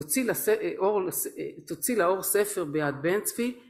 ‫תוציא לאור ספר ביעד בנצפי.